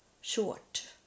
short